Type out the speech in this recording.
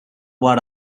what